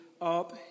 up